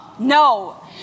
No